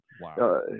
Wow